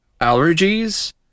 allergies